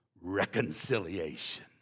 reconciliation